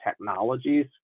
technologies